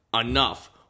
enough